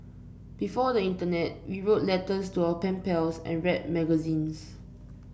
before the internet we wrote letters to our pen pals and read magazines